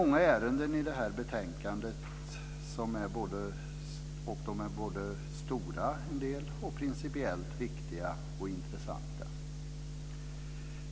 Många ärenden i det här betänkandet är stora, principiellt viktiga och intressanta.